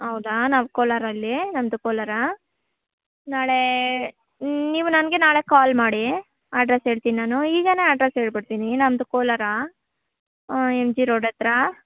ಹೌದಾ ನಾವು ಕೋಲಾರಲ್ಲಿ ನಮ್ಮದು ಕೋಲಾರ ನಾಳೆ ನೀವು ನನಗೆ ನಾಳೆ ಕಾಲ್ ಮಾಡಿ ಅಡ್ರೆಸ್ ಹೇಳ್ತಿನ್ ನಾನು ಈಗಲೇ ಅಡ್ರೆಸ್ ಹೇಳಿಬಿಡ್ತೀನಿ ನಮ್ಮದು ಕೋಲಾರ ಎಂ ಜಿ ರೋಡ್ ಹತ್ರ